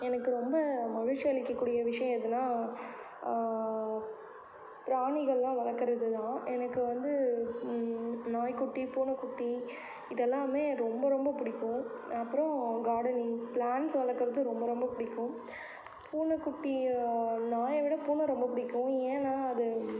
எனக்கு ரொம்ப மகிழ்ச்சி அளிக்கக் கூடிய விஷயம் எதுன்னால் பிராணிகளெலாம் வளர்க்கறதுதான் எனக்கு வந்து நாய் குட்டி பூனை குட்டி இதெல்லாம் ரொம்ப ரொம்ப பிடிக்கும் அப்புறம் கார்டனிங் பிளான்ட்ஸ் வளர்க்கறது ரொம்ப ரொம்ப பிடிக்கும் பூனை குட்டி நாயை விட பூனை ரொம்ப பிடிக்கும் ஏன்னால் அது